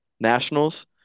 nationals